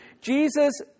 Jesus